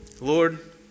Lord